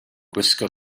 gwisgo